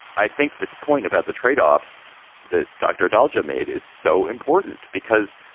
i think this point about the tradeoffs that dr. dolgov made is so important because,